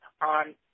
on